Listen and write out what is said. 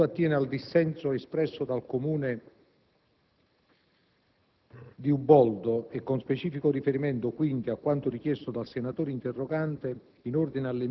Per quanto attiene al dissenso espresso dal Comune di Uboldo e con specifico riferimento, quindi, a quanto richiesto dal senatore interrogante